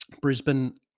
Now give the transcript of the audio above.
Brisbane